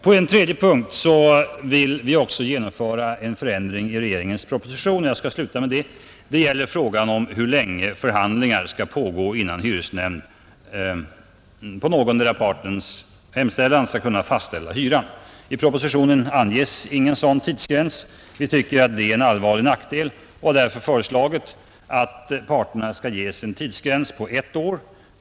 På en tredje punkt vill vi också genomföra en ändring i regeringens proposition. Det gäller frågan om hur länge förhandlingar skall få pågå innan hyresnämnd på någondera partens hemställan skall kunna fastställa hyran. I propositionen anges ingen sådan tidsgräns. Vi tycker detta är en allvarlig nackdel och har därför föreslagit att parterna skall ges en tidsgräns på ett år.